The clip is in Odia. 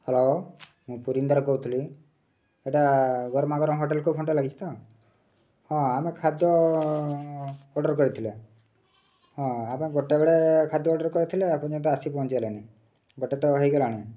ହ୍ୟାଲୋ ମୁଁ ପୁରୀନ୍ଦ୍ର କହୁଥିଲି ଏଇଟା ଗରମା ଗରମ ହୋଟେଲ୍କୁ ଫୋନ୍ଟା ଲାଗିଛି ତ ହଁ ଆମେ ଖାଦ୍ୟ ଅର୍ଡ଼ର୍ କରିଥିଲେ ହଁ ଆମେ ଗୋଟାଏ ବେଳେ ଖାଦ୍ୟ ଅର୍ଡ଼ର୍ କରିଥିଲେ ଆପଣ ଯେଉଁଟା ଆସି ପହଞ୍ଚିଲାନି ଗୋଟେ ତ ହୋଇଗଲାଣି